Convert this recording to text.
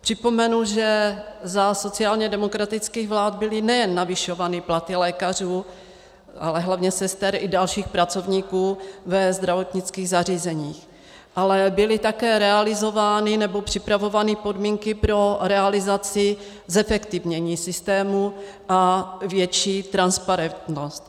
Připomenu, že za sociálně demokratických vlád byly nejen navyšovány platy lékařů, ale hlavně sester a dalších pracovníků ve zdravotnických zařízeních, ale byly také realizovány nebo připravovány podmínky pro realizaci zefektivnění systému a větší transparentnost.